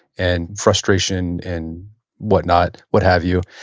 and frustration, and whatnot, what have you.